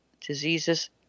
diseases